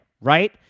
right